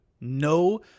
no